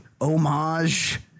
homage